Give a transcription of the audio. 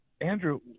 Andrew